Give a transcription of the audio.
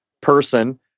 person